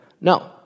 no